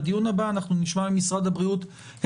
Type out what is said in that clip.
בדיון הבא נשמע מן המשרד לביטחון פנים